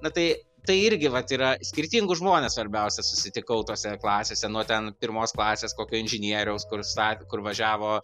na tai tai irgi vat yra skirtingus žmones svarbiausia susitikau tose klasėse nuo ten pirmos klasės kokio inžinieriaus kur sta kur važiavo